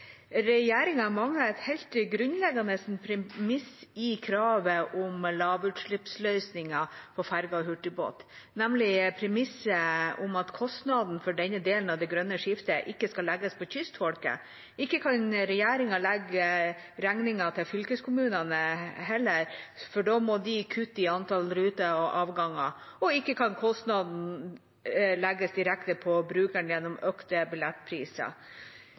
Regjeringa mangler et helt grunnleggende premiss i kravet om lavutslippsløsninger for ferjer og hurtigbåter, nemlig premisset om at kostnaden for denne delen av det grønne skiftet ikke skal legges på kystfolket. Ikke kan regjeringa legge regningen til fylkeskommunene heller, for da må de kutte i antall ruter og avganger, og ikke kan kostnaden legges direkte på brukeren gjennom økte billettpriser.